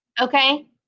Okay